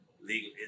legal